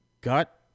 gut